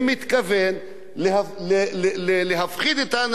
להפחיד את האנשים בגרעין האירני,